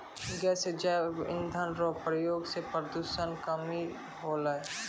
गैसीय जैव इंधन रो प्रयोग से प्रदूषण मे कमी होलै